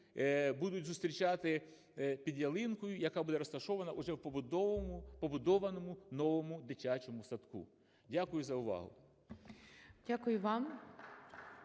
будуть зустрічати під ялинкою, яка буде розташована вже в побудованому новому дитячому садку. Дякую за увагу. (Оплески)